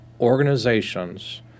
organizations